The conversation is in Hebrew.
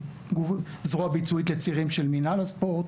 מזרוע ביצועית לצעירים של מינהל הספורט,